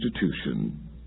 institution